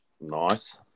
Nice